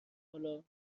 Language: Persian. حالا